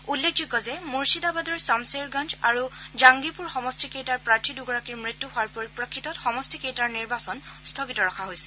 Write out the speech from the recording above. উল্লেখযোগ্য যে মুৰ্ছিদাবাদৰ ছামছেৰগঞ্জ আৰু জাংগিপুৰ সমষ্টিকেইটাৰ প্ৰাৰ্থী দুগৰাকীৰ মৃত্যু হোৱাৰ পৰিপ্ৰেক্ষিতত সমষ্টিকেইটাৰ নিৰ্বাচন স্থগিত ৰখা হৈছিল